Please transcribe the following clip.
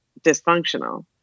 dysfunctional